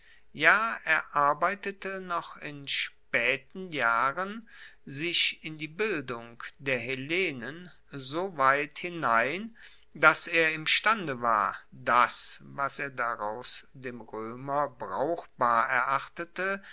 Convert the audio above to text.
ja er arbeitete noch in spaeten jahren sich in die allgemeine bildung der hellenen soweit hinein dass er imstande war das was er daraus dem roemer brauchbar erachtete